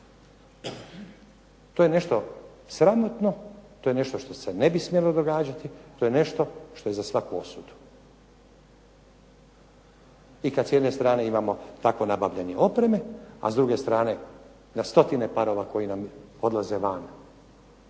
To je nešto sramotno. To je nešto što se ne bi smjelo događati. To je nešto što je za svaku osudu. I kad s jedne strane imamo takvo nabavljanje opreme, a s druge strane na stotine parova koji nam odlaze van,